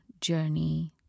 journey